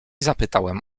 zapytałem